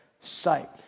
sight